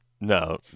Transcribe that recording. no